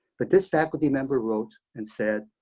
but this faculty member wrote and said,